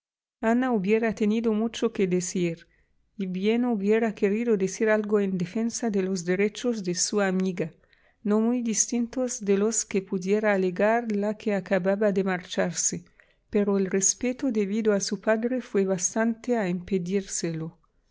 ana hubiera tenido mucho que decir y bien hubiera querido decir algo en defensa de los derechos de su amiga no muy distintos de los que pudiera alegar la que acababa de marcharse pero el respeto debido a su padre fué bastante a impedírselo